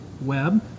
web